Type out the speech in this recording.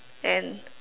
and